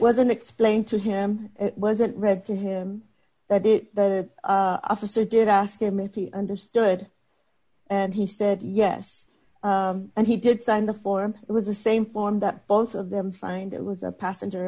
wasn't explained to him it wasn't read to him that it the officer did ask him if he understood and he said yes and he did sign the form it was the same form that both of them signed it was a passenger